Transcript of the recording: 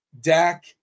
Dak